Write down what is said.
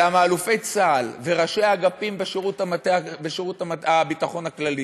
למה אלופי צה"ל וראשי אגפים בשירות הביטחון הכללי